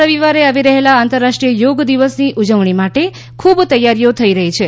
આ રવિવારે આવી રહેલા આંતરરાષ્ટ્રીય યોગ દિવસની ઉજવણી માટે ખૂબ તૈયારીઓ થઈ રહી છે